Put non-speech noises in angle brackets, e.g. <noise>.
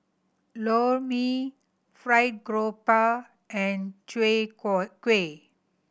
Lor Mee fried grouper and chwee <unintelligible> kueh